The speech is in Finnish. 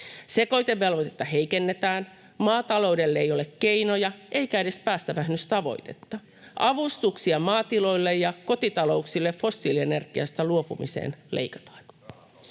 Sekoitevelvoitetta heikennetään, maataloudelle ei ole keinoja eikä edes päästövähennystavoitetta. Avustuksia maatiloille ja kotitalouksille fossiilienergiasta luopumiseen leikataan.